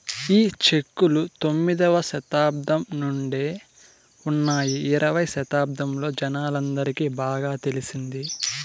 ఈ చెక్కులు తొమ్మిదవ శతాబ్దం నుండే ఉన్నాయి ఇరవై శతాబ్దంలో జనాలందరికి బాగా తెలిసింది